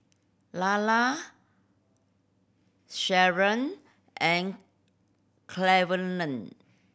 Lelar Sharron and Cleveland